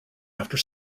after